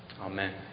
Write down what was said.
Amen